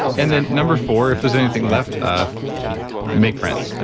and then number four, if there's anything left, ah make friends,